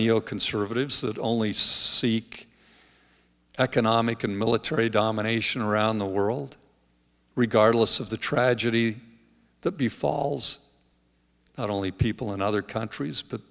neo conservatives that only seek economic and military domination around the world regardless of the tragedy that the falls not only people in other countries but